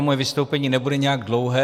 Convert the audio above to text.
Moje vystoupení nebude nijak dlouhé.